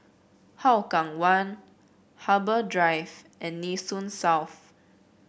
Hougang One Harbour Drive and Nee Soon South